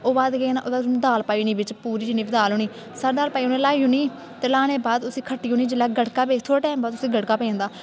ओह्दे केह् करना दाल पाई औड़नी बिच्च पूरी जिन्नी बी दाल होनी सब दाल पाई औड़नी लाई औड़नी ते ल्हाने दे बाद उस्सी खट्टी औड़नी जिसलै गड़कग फिर टैमा बाद उस्सी गड़का पेई जंदा